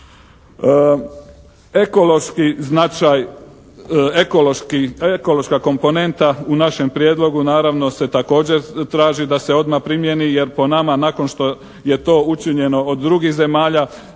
ekološka komponenta u našem prijedlogu naravno se također da se odma primjeni. Jer po nama nakon što je to učinjeno od drugih zemalja,